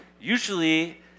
Usually